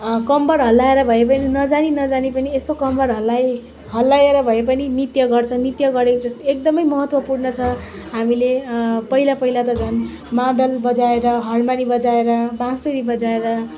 कम्बर हल्लाएर भए पनि नजानी नजानी पनि यसो कम्बर हल्लाई हल्लाएर भए पनि नृत्य गर्छन् नृत्य गरेको जस्तो एकदमै महत्त्वपूर्ण छ हामीले पहिला पहिला त झन मादल बजाएर हारमनी बजाएर बाँसुरी बजाएर